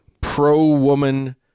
pro-woman